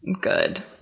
good